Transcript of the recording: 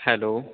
hello